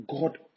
God